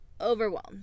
overwhelmed